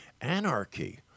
anarchy